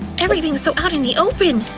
everything's so out in the open!